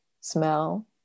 smell